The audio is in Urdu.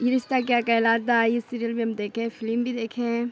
یہ رشتہ کیا کہلاتا ہے ہے یہ سیریل بھی ہم دیکھیں فلم بھی دیکھے ہیں